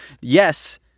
Yes